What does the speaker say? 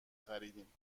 خریدیم